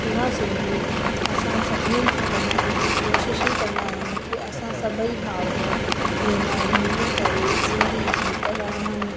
उहा सिंधी असां सभिनीनि सां ॻाल्हाइण जी कोशिशि ई कंदा आहियूं की असां सभई भाउर भेनर मिली करे सिंधी गीत ॻायूं